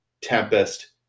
Tempest